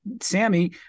sammy